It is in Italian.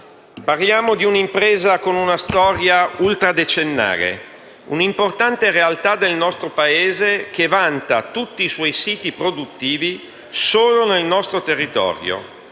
Parliamo di un'impresa con una storia ultradecennale, di un'importante realtà del nostro Paese che vanta tutti i suoi siti produttivi solo nel nostro territorio